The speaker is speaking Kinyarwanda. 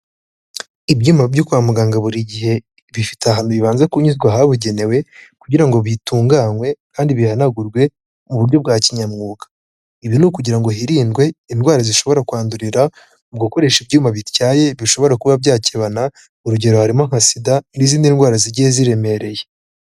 Ibyuma byo kwa muganga buri gihe bifite ahantu bibanza kunyuzwa ahabugenewe, kugira ngo bitunganywe kandi bihanagurwe mu buryo bwa kinyamwuga, ibi ni ukugira ngo hirindwe indwara zishobora kwandurira mu gukoresha ibyuma bityaye bishobora kuba byakebana, urugero harimo nka SIDA n'izindi ndwara zigiye ziremereye.